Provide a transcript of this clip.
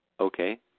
Okay